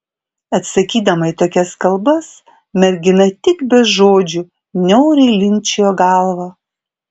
atsakydama į tokias kalbas mergina tik be žodžių niauriai linkčiojo galvą